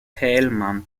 thälmann